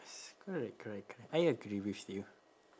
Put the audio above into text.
s~ correct correct correct I agree with you